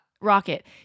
Rocket